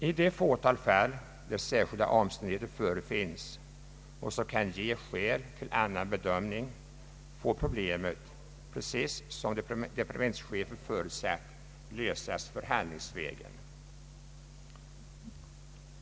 I det fåtal fall där särskilda omständigheter förefinns, som kan ge skäl till annan bedömning, får problemet, som departementschefen förutsatt, lösas förhandlingsvägen.